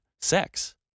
sex